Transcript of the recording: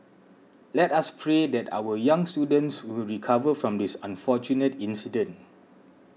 let us pray that our young students will recover from this unfortunate incident